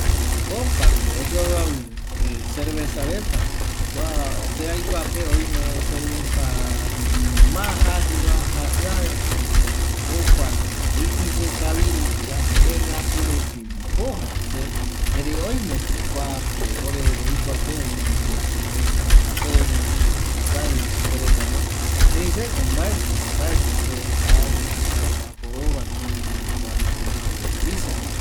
Opako oyoaviavim kua cerveza reta kua se aikoape oime cerveza ma ajƚva jajƚaveva jokua ndipo ipise kavi rupira ani jegatu rupi ndipo erei oimeko kua ore roikoape kuape cerveza paceña, cerveza ducal jei supe retano erei seko mbaetƚ mbaetƚ se jau mbaetƚ amboaporova kiraira kua reta ipiseva